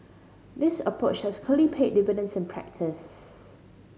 this approach has clearly paid dividends in practice